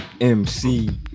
MC